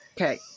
Okay